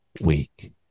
week